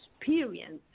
experience